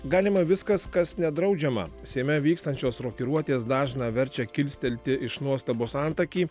galima viskas kas nedraudžiama seime vykstančios rokiruotės dažną verčia kilstelti iš nuostabos antakį